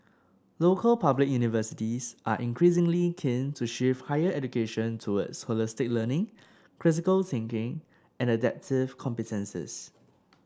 local public universities are increasingly keen to shift higher education toward holistic learning critical thinking and adaptive competences